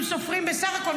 אם סופרים בסך הכול,